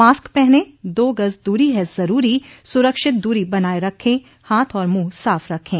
mask पहनें दो गज़ दूरी है ज़रूरी सुरक्षित दूरी बनाए रखें हाथ और मुंह साफ़ रखें